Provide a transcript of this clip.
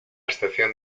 excepción